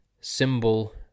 symbol